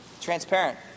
Transparent